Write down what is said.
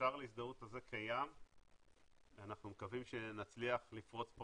השער להזדהות הזה קיים ואנחנו מקווים שנצליח לפרוץ פה